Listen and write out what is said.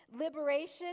liberation